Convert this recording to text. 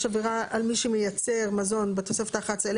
עבירה על מי שמייצר מזון בתוספת האחת עשרה,